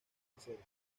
cerca